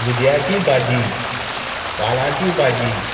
दुदयाची भाजी वालांची भाजी